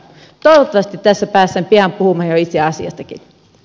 toivottavasti tässä päästään pian puhumaan jo itse asiastakin